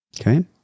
Okay